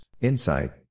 insight